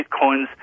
Bitcoins